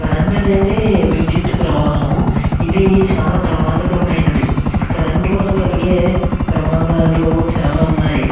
current అనేది విద్యుత్ ప్రవాహం ఇది చాలా ప్రమాదకరమైనది కరెంట్ వల్ల కలిగే ప్రమాదాలు చాలా ఉన్నాయి